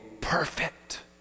perfect